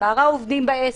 מספר העובדים בעסק,